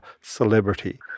celebrity